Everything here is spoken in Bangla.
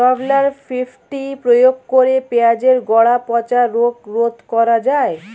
রোভরাল ফিফটি প্রয়োগ করে পেঁয়াজের গোড়া পচা রোগ রোধ করা যায়?